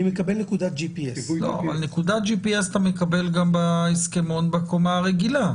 מקבל נקודת GPS. אבל נקודת GPS אתה מקבל גם בהסכמון בקומה הרגילה.